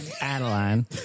Adeline